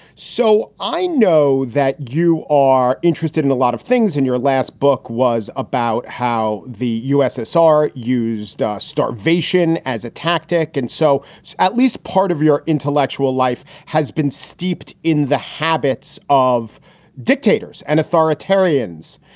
so i know that you are interested in a lot of things. in your last book was about how the ussr used starvation as a tactic. and so at least part of your intellectual life has been steeped in the habits of dictators and authoritarians.